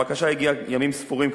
הבקשה הגיעה ימים ספורים,